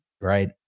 right